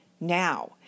now